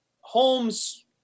Holmes